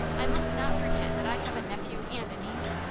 i must not forget that i have a nephew and a niece.